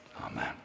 Amen